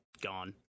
gone